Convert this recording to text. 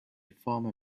former